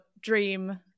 dream